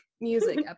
music